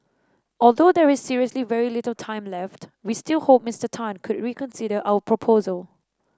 although there is seriously very little time left we still hope Mister Tan could reconsider our proposal